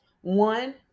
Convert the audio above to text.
One